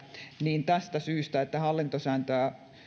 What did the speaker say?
niin tästä syystä että hallintosääntöä